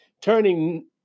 Turning